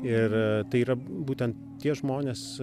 ir tai yra būtent tie žmonės